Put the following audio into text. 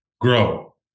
grow